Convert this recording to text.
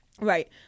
Right